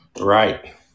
Right